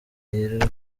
yirirwa